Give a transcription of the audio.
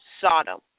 Sodom